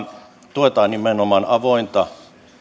tuetaan nimenomaan avointa